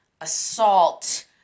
assault